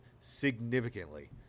significantly